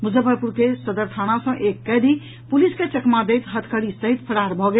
मुजफ्फरपुर के सदर थाना सँ एक कैदी पुलिस के चकमा दैत हथकड़ी सहित फरार भऽ गेल